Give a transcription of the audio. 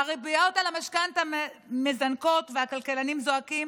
הריביות על המשכנתה מזנקות והכלכלנים זועקים